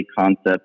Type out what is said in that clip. concept